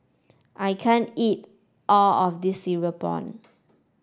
I can't eat all of this cereal prawn